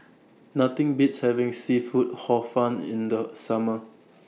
Nothing Beats having Seafood Hor Fun in The Summer